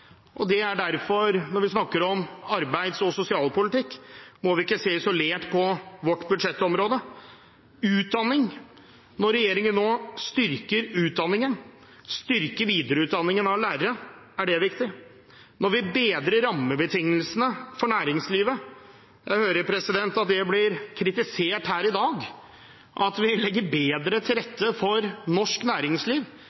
sosialpolitikk, må vi derfor ikke se isolert på vårt budsjettområde. Når regjeringen nå styrker utdanningen, styrker videreutdanningen av lærere, er det viktig. Vi bedrer rammebetingelsene for næringslivet – jeg hører at det blir kritisert her i dag at vi legger bedre til